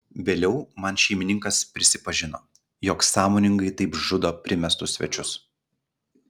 vėliau man šeimininkas prisipažino jog sąmoningai taip žudo primestus svečius